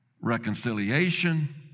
reconciliation